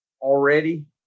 already